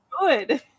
good